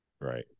Right